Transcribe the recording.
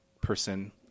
person